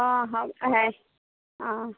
অঁ হ'ব অঁ